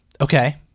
Okay